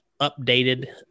updated